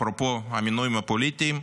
אפרופו המינויים הפוליטיים,